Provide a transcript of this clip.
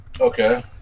Okay